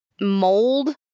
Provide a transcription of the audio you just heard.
mold